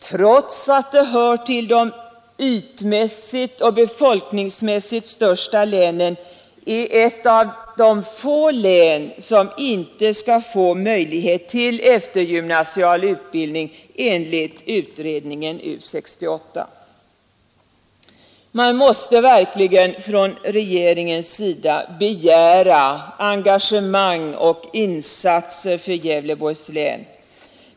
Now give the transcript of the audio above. Trots att länet ytmässigt och befolkningsmässigt hör till de största länen är det ett av de få län som icke skall få möjlighet till eftergymnasial utbildning enligt utredningen U 68. Man måste verkligen av regeringen begära engagemang och insatser för Gävleborgs län.